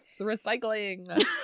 recycling